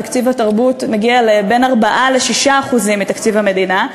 תקציב התרבות מגיע ל-4% 6% מתקציב המדינה.